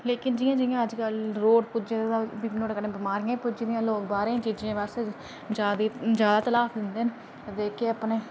लेकिन जि'यां जि'यां रोड़ पुज्जे दा ते नुआढ़े कन्नै बमारियां बी लोग बाहरे गी ज्यादा तलाफ दिंदे ना ते अपने